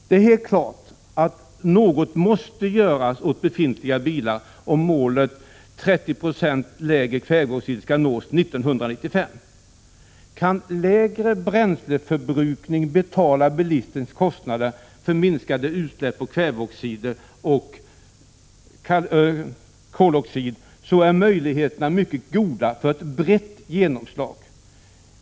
Det är helt klart att något måste göras åt befintliga bilar om målet 35 96 lägre kväveoxidutsläpp skall nås 1995. Kan lägre bränsleförbrukning betala bilisternas kostnader för att minska utsläppen av kväveoxider och koloxider, är möjligheterna mycket goda för ett brett genomslag.